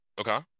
okay